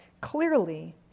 Clearly